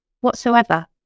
whatsoever